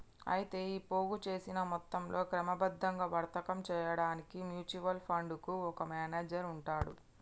అయితే ఈ పోగు చేసిన మొత్తంతో క్రమబద్ధంగా వర్తకం చేయడానికి మ్యూచువల్ ఫండ్ కు ఒక మేనేజర్ ఉంటాడు